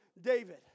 David